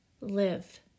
live